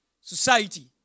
society